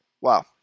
Wow